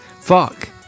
fuck